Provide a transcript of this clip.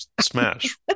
smash